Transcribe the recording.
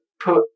put